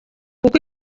kuko